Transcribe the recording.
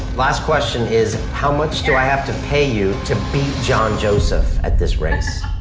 last question is how much do i have to pay you to beat john joseph at this race?